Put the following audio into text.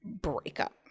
breakup